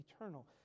eternal